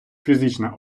фізична